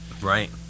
Right